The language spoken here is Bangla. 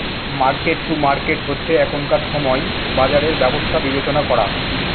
মার্কেট টু মার্কেট হচ্ছে এখনকার সময় বাজারের ব্যবস্থা বিবেচনা করা